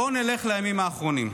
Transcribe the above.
בואו נלך לימים האחרונים: